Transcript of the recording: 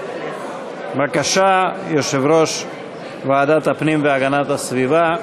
בבקשה, יושב-ראש ועדת הפנים והגנת הסביבה.